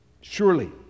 Surely